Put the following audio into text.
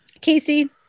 Casey